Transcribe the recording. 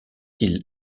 ils